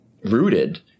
rooted